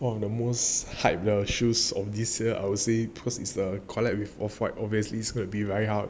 one of the most hype the shoe of this year I would say because is the collect with white to be right